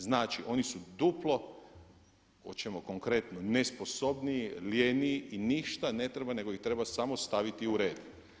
Znači oni su duplo, hoćemo konkretno, nesposobniji, ljeniji i ništa ne treba nego ih samo treba staviti u red.